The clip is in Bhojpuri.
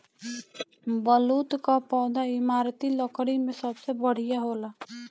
बलूत कअ पौधा इमारती लकड़ी में सबसे बढ़िया होला